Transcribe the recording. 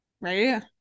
Right